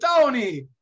Tony